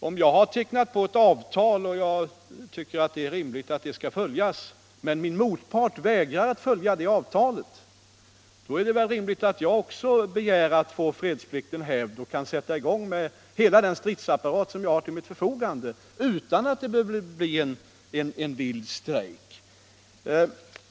Om jag har tecknat på ett avtal och jag tycker att det skall följas, men min motpart vägrar att följa det, är det väl rimligt att jag också begär att få fredsplikten upphävd så att jag kan sätta i gång med hela den stridsapparat som jag har till mitt förfogande utan att det behöver bli en vild strejk.